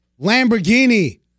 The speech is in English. Lamborghini